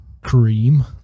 Cream